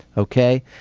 ok?